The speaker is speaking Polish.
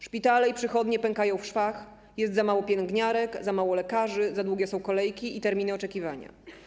Szpitale i przychodnie pękają w szwach, jest za mało pielęgniarek, za mało lekarzy, za długie są kolejki i terminy oczekiwania.